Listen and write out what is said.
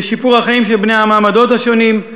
בשיפור החיים של בני המעמדות השונים,